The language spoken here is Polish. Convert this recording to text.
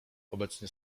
obecnie